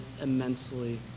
immensely